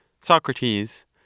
Socrates